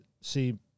see